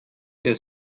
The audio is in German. der